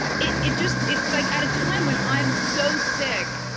it it just, it's like at a time when i'm so sick,